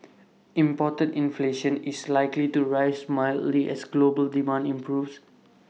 imported inflation is likely to rise mildly as global demand improves